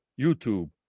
YouTube